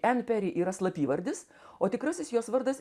en peri yra slapyvardis o tikrasis jos vardas